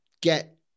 get